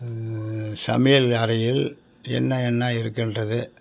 சமையல் அறையில் என்ன என்ன இருக்கின்றது